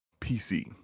PC